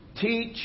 teach